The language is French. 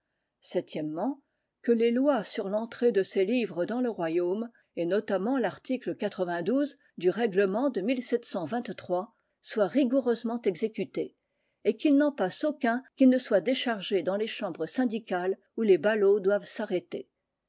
que les lois sur l'entrée de ces livres dans le royaume et notamment larticle du règlement de soient rigoureusement exécutés et qu'il n'en passe aucun qui ne soit déchargé dans les chambres syndicales où les ballots doivent s'arrêter